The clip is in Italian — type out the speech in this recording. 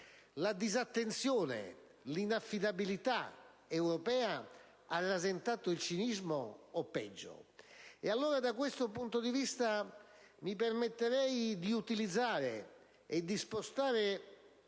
la disattenzione e l'inaffidabilità europea abbiano rasentato il cinismo, o peggio ancora. Da questo punto di vista, mi permetterei di utilizzare e di spostare,